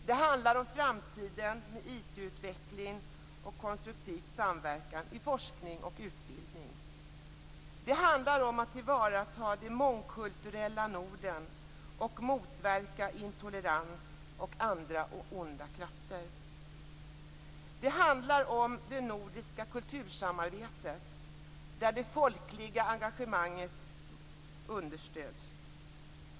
Det handlar om framtiden, med IT-utveckling och konstruktiv samverkan i forskning och utbildning. Det handlar om att tillvarata det mångkulturella Norden, och motverka intolerans och andra onda krafter. Det handlar om det nordiska kultursamarbetet där det folkliga engagemanget understöds.